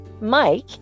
mike